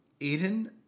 Aiden